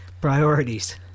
Priorities